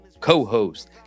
co-host